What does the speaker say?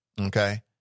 Okay